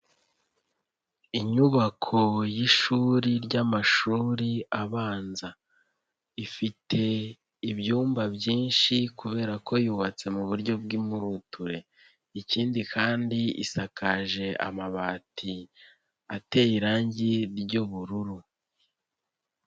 Inyubako y'ishuri ry'amashuri abanza, ifite ibyumba byinshi kubera ko yubatse mu buryo bw'impuruture, ikindi kandi isakaje amabati ateye irangi ry'ubururu.